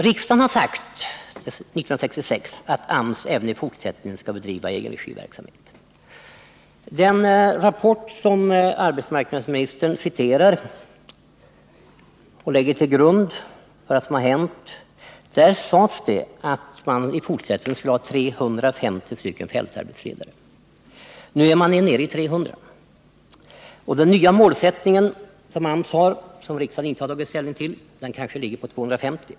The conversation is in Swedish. Riksdagen beslutade 1966 att AMS även i fortsättningen skall bedriva egenregiverksamhet. I den rapport som arbetsmarknadsministern citerar och lägger till grund för vad som har hänt sades det att man i fortsättningen skulle ha 350 fältarbetsledare. Nu är man nere i 300, och den nya målsättningen som AMS har, vilken riksdagen inte har tagit ställning till, kanske ligger på 250.